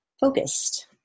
focused